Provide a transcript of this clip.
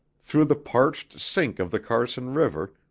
through the parched sink of the carson river,